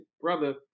brother